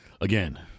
Again